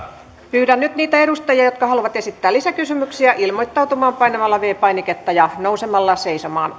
pyydän nyt niitä edustajia jotka haluavat esittää lisäkysymyksiä ilmoittautumaan painamalla viides painiketta ja nousemalla seisomaan